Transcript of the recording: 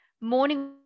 Morning